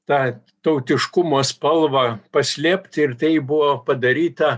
tą tautiškumo spalvą paslėpt ir tai buvo padaryta